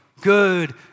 good